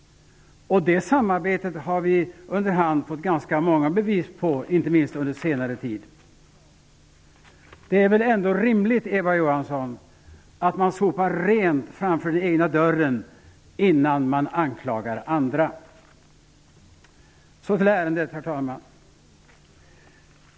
Det samarbetet har vi under hand fått ganska många bevis på, inte minst under senare tid. Det är väl ändå rimligt, Eva Johansson, att man sopar rent framför den egna dörren innan man anklagar andra. Till ärendet.